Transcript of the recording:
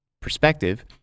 perspective